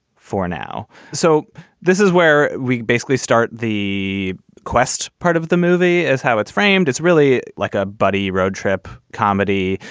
for now. so this is where we basically start. the quest part of the movie is how it's framed. it's really like a buddy road trip comedy.